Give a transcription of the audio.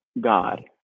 God